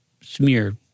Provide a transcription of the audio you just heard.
smear